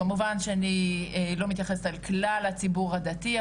כמובן שאני לא מתייחסת על כלל הציבור הדתי,